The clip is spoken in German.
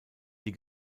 die